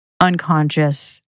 unconscious